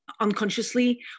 unconsciously